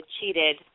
cheated